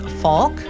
Falk